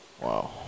Wow